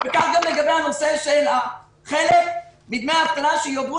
וכך גם לגבי הנושא של החלף בדמי אבטלה שיועברו